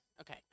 okay